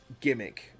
gimmick